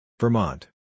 Vermont